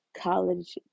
college